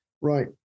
Right